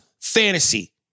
fantasy